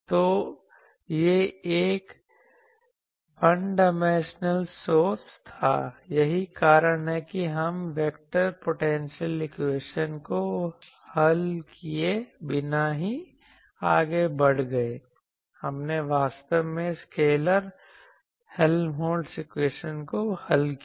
तो यह एक डाइमेंशनल सोर्स था यही कारण है कि हम वेक्टर हेल्महोल्ट्ज़ इक्वेशन को हल किए बिना ही आगे बढ़ गए हमने वास्तव में स्केलर हेल्महोल्त्ज़ इक्वेशन को हल किया